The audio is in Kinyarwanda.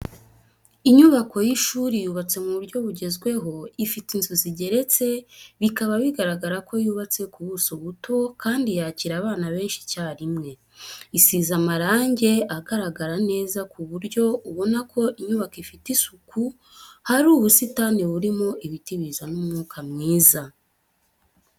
Inyubako y'ishuri yubatse mu buryo bugezweho ifite inzu zigeretse, bikaba bigaragara ko yubatse ku buso buto, kandi yakira abana benshi icyarimwe. Isize amarange agaragara neza ku buryo ubona ko inyubako ifite isuku, hari ubusitani burimo ibiti bizana umwuka mwiza.